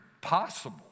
possible